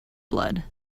blood